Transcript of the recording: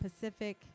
Pacific